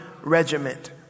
regiment